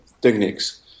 techniques